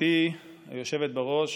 גברתי היושבת בראש,